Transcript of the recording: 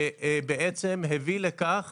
ובעצם הביא לכך